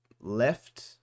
left